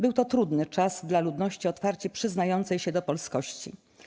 Był to trudny czas dla ludności otwarcie przyznającej się do polskości.